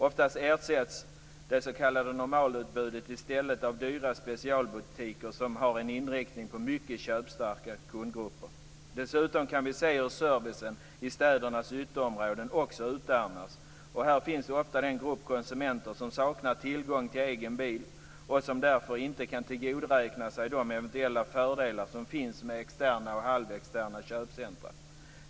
Oftast ersätts det s.k. normalutbudet i stället av dyra specialbutiker som har en inriktning på mycket köpstarka kundgrupper. Dessutom kan vi se hur servicen i städernas ytterområden också utarmas, och här finns ofta den grupp konsumenter som saknar tillgång till egen bil och som därför inte kan tillgodoräkna sig de eventuella fördelar som finns med externa och halvexterna köpcentrum.